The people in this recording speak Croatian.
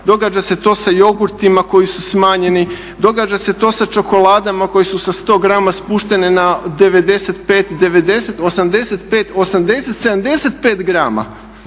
Događa se to sa jogurtima koji su smanjeni, događa se to sa čokoladama koje su sa 100 grama spuštene na 95, 90, 85, 80, 75 grama